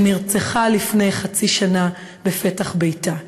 שנרצחה לפני חצי שנה בפתח ביתה.